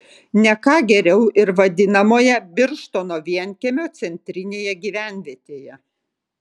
ne ką geriau ir vadinamoje birštono vienkiemio centrinėje gyvenvietėje